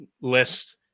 list